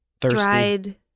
thirsty